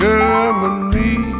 Germany